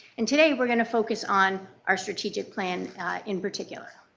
and today, we are going to focus on our strategic plan in particular.